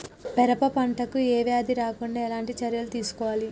పెరప పంట కు ఏ వ్యాధి రాకుండా ఎలాంటి చర్యలు తీసుకోవాలి?